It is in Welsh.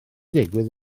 digwydd